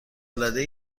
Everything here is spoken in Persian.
العاده